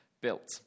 built